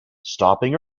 stopping